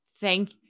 Thank